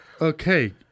Okay